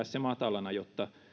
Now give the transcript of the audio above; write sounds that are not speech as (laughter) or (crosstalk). (unintelligible) se matalana jotta